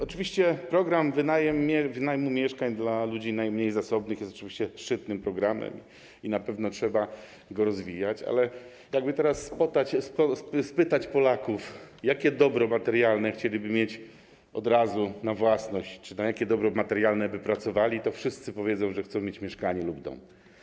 Oczywiście program wynajmu mieszkań dla ludzi najmniej zasobnych jest szczytnym programem i na pewno trzeba go rozwijać, ale jakby teraz spytać Polaków, jakie dobro materialne chcieliby mieć od razu na własność czy na jakie dobro materialne by pracowali, to wszyscy powiedzą, że chcą mieć mieszkanie lub dom.